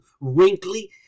wrinkly